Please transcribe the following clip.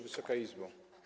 Wysoka Izbo!